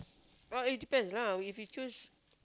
well it depends lah if you choose